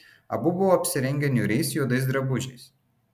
abu buvo apsirengę niūriais juodais drabužiais